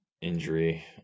injury